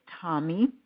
Tommy